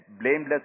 blameless